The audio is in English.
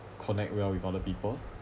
connect well with other people